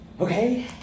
Okay